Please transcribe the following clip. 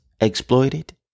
Exploited